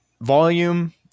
volume